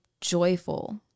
joyful